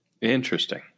Interesting